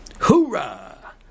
Hoorah